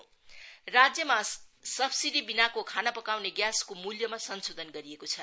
circular LPG राज्यमा subsidy बिनाको खाना पकाउने ग्यासको मूल्यमा संशोधन गरिएको छ